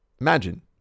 Imagine